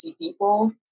people